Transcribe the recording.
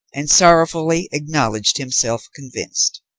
and sorrowfully acknowledged himself convinced.